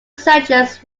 settlers